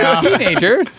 Teenager